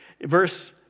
Verse